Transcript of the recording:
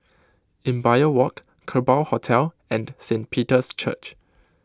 Imbiah Walk Kerbau Hotel and Saint Peter's Church